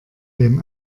dem